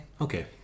Okay